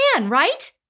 right